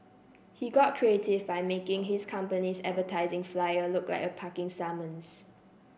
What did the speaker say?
he got creative by making his company's advertising flyer look like a parking summons